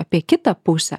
apie kitą pusę